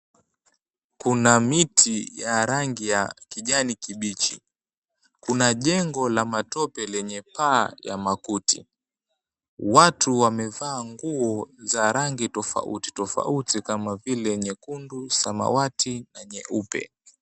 Kuna miti ya rangi ya kijani kibichi kuna jengo la matope lenye paa ya makuti. Watu wamevaa nguo za rangi tofauti tofauti kama vile nyekundu, samawati na nyeupe.